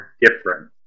different